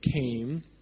came